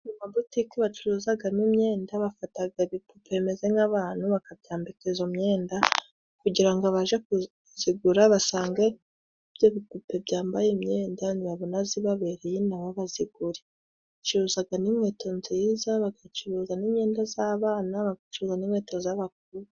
Amabutiki bacuruzagamo imyenda, bafataga ibipupe bimeze nk'abantu bakabyambika izo myenda kugira ngo babashe kuzigura, basange ibipupe byambaye imyenda nibabona zibabereye nabo bazigure. Bacuruzaga n'inkweto nziza, bagacuruza n' imyenda z'abana, bagacuza n'inkweto z'abakuru.